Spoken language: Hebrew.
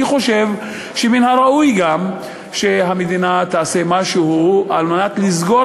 אני חושב שמן הראוי גם שהמדינה תעשה משהו על מנת לסגור